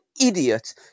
idiot